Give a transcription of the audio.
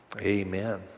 Amen